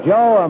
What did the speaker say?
Joe